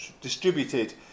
distributed